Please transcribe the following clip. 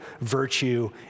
virtue